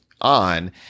on